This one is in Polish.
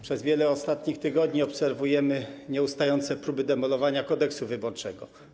Przez wiele ostatnich tygodni obserwujemy nieustające próby demolowania Kodeksu wyborczego.